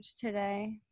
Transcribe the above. today